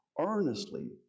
earnestly